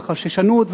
והחששנות,